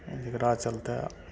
जेकरा चलते